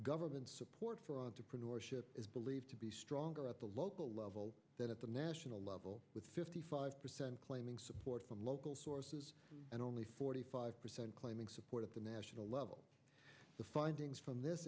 government support for entrepreneurship is believed to be stronger at the local level than at the national level with fifty five percent claiming support from local sources and only forty five percent claiming support at the national level the findings from this